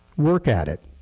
work at it.